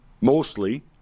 mostly